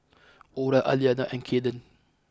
Orah Aliana and Cayden